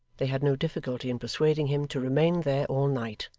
they had no difficulty in persuading him to remain there all night,